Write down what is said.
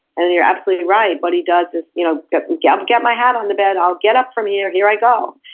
and you're absolutely right, what he does is you know get get my hat on the bed, i'll get up from here, here i go.